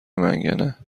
منگنه